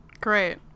Great